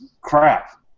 Crap